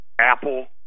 Apple